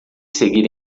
seguir